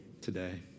today